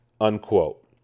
unquote